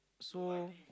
so